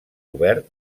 cobert